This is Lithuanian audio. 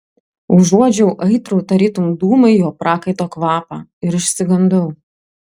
užuodžiau aitrų tarytum dūmai jo prakaito kvapą ir išsigandau